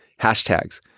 Hashtags